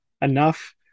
enough